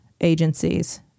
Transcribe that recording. agencies